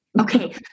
Okay